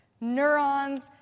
neurons